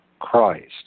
Christ